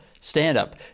stand-up